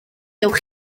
gewch